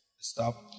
stop